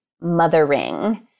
mothering